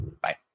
Bye